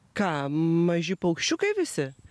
ką maži paukščiukai visi